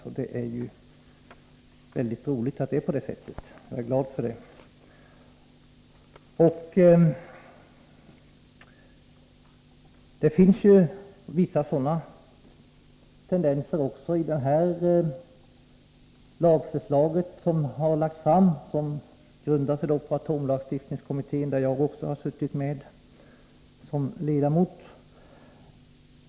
Det är väldigt roligt att det förhåller sig på det sättet, och jag är glad över det. Det finns vissa sådana tendenser också i det lagförslag som nu har lagts fram och som grundar sig på synpunkter från atomlagstiftningskommittén, där jag också har suttit med som ledamot.